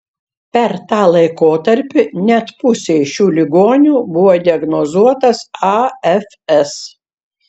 per tą laikotarpį net pusei šių ligonių buvo diagnozuotas afs